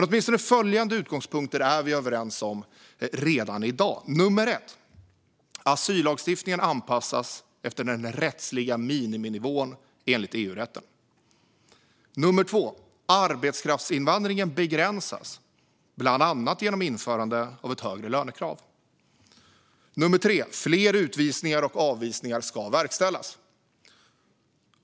Åtminstone följande utgångspunkter är vi överens om redan i dag: För det första: Asyllagstiftningen anpassas efter den rättsliga miniminivån enligt EU-rätten. För det andra: Arbetskraftsinvandringen begränsas bland annat genom införande av ett högre lönekrav. För det tredje: Fler utvisningar och avvisningar ska verkställas.